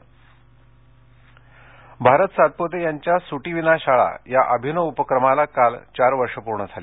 अरुण समुद्रे लातूर भारत सातपुते यांच्या सुट्टी विना शाळा या अभिनव उपक्रमाला काल चार वर्ष पूर्ण झाली